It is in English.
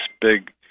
big